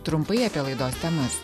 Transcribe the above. trumpai apie laidos temas